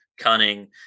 cunning